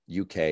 UK